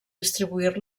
distribuir